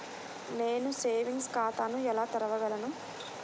నేను సేవింగ్స్ ఖాతాను ఎలా తెరవగలను?